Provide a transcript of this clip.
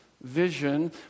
vision